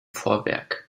vorwerk